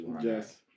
Yes